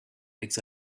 makes